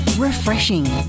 Refreshing